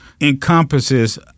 encompasses